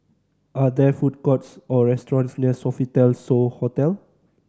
are there food courts or restaurants near Sofitel So Hotel